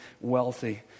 wealthy